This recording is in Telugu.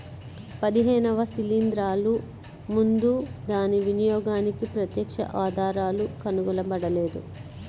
పదిహేనవ శిలీంద్రాలు ముందు దాని వినియోగానికి ప్రత్యక్ష ఆధారాలు కనుగొనబడలేదు